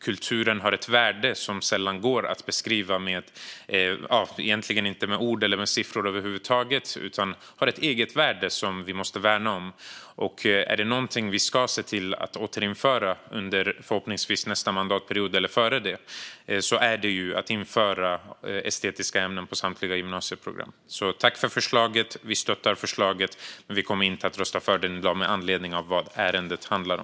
Kulturen har ett värde som egentligen inte går att beskriva med ord eller siffror över huvud taget. Den har ett egenvärde som vi måste värna om. Är det någonting vi ska se till att återinföra under förhoppningsvis nästa mandatperiod eller innan den är det att införa estetiska ämnen på samtliga gymnasieprogram. Tack för förslaget! Vi stöttar förslaget, men vi kommer inte att rösta för det i dag med anledning av vad ärendet handlar om.